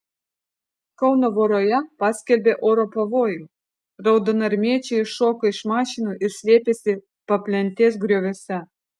kauno voroje paskelbė oro pavojų raudonarmiečiai iššoko iš mašinų ir slėpėsi paplentės grioviuose